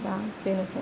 दा बेनोसै